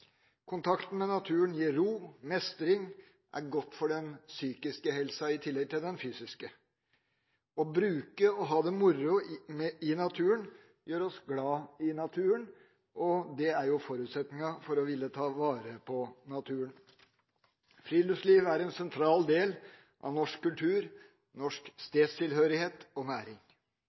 Kontakten med naturen gir ro og mestring og er godt for den psykiske helsen i tillegg til for den fysiske. Å bruke naturen og å ha det moro i naturen gjør oss glade i naturen, og det er jo forutsetningen for å ville ta vare på naturen. Friluftsliv er en sentral del av norsk kultur, norsk stedstilhørighet og næring.